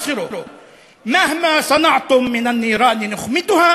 יבינו / שכאשר העמים מתלקחים הם מנצחים.